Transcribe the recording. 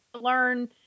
learn